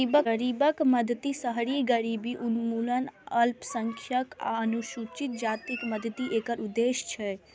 गरीबक मदति, शहरी गरीबी उन्मूलन, अल्पसंख्यक आ अनुसूचित जातिक मदति एकर उद्देश्य छै